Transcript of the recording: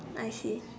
I see